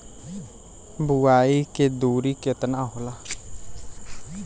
बुआई के दूरी केतना होला?